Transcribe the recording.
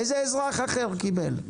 איזה אזרח אחר קיבל?